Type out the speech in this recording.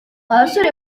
basore